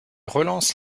relance